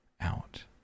out